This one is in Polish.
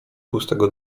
pustego